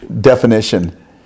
definition